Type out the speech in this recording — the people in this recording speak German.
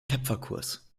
töpferkurs